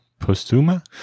Postuma